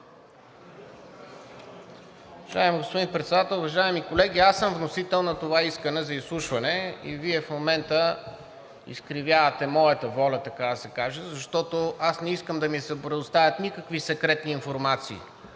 Уважаеми господин Председател, уважаеми колеги! Аз съм вносител на това искане за изслушване и Вие в момента изкривявате моята воля, така да се каже, защото не искам да ми се предоставят никакви секретни информации.